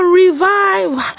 revive